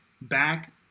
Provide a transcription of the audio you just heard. back